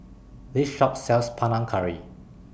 This Shop sells Panang Curry